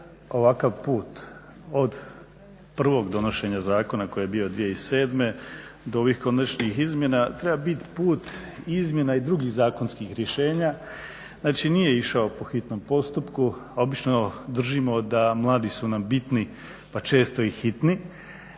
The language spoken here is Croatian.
ovakav put od prvog donošenja zakona koji je bio 2007. do ovih konačnih izmjena treba biti put izmjena i drugih zakonskih rješenja, znači nije išao po hitnom postupku. Obično držimo da mladi su nam bitni pa često i hitni,